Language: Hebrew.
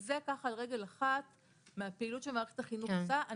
זה על רגל אחת מהפעילות שמערכת החינוך עושה.